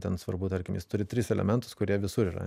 ten svarbu tarkim jis turi tris elementus kurie visur yra